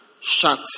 shut